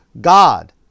God